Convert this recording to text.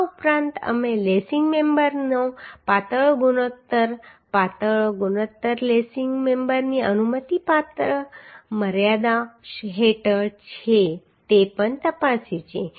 આ ઉપરાંત અમે લેસિંગ મેમ્બરનો પાતળો ગુણોત્તર પાતળો ગુણોત્તર લેસિંગ મેમ્બરની અનુમતિપાત્ર મર્યાદા હેઠળ છે તે પણ તપાસ્યું છે